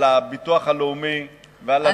על הביטוח הלאומי ועל העוולות.